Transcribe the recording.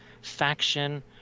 faction